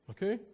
Okay